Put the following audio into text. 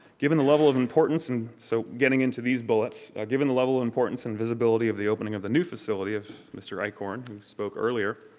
given the level of importance and so getting into these bullets, given the level of importance and visibility of the opening of the new facility of mr. acorn, who spoke earlier,